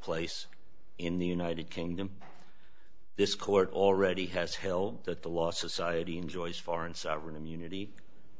place in the united kingdom this court already has held that the law society enjoys foreign sovereign immunity